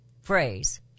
phrase